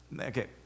Okay